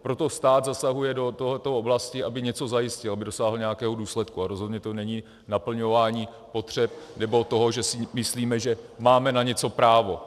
Proto stát zasahuje do této oblasti, aby něco zajistil, aby dosáhl nějakého důsledku, a rozhodně to není naplňování potřeb nebo toho, že si myslíme, že máme na něco právo.